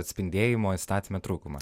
atspindėjimo įstatyme trūkumą